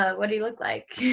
ah what do you look like?